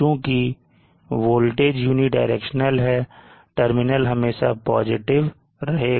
चुंकी voltage unidirectional है terminal हमेशा positive रहेगा